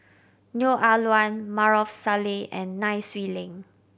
Neo Ah Luan Maarof Salleh and Nai Swee Leng